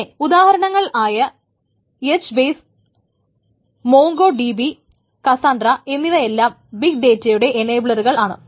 പിന്നെ ഉദാഹരണങ്ങൾ ആയ HBase MongoDB Cassandra എന്നിവ എല്ലാം ബിഗ് ഡേറ്റയുടെ എനേബ്ലറുകൾ ആണ്